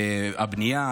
הבנייה,